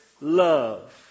Love